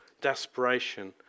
desperation